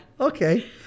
Okay